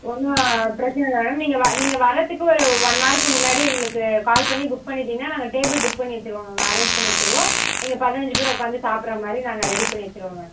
ஒன்றும் பிரச்சின இல்லை மேம் நீங்கள் நீங்கள் வர்றதுக்கு ஒரு ஒன் அவர்க்கு முன்னாடி எங்களுக்கு கால் பண்ணி புக் பண்ணிவிட்டீங்கன்னா நாங்கள் டேபுள் புக் பண்ணி வச்சுருவோம் அரேஞ் பண்ணி வச்சுருவோம் நீங்கள் பதினைஞ்சு பேர் சாப்பிடுற மாதிரி நாங்கள் ரெடி பண்ணி வச்சுருவோம் மேடம்